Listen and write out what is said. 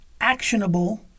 actionable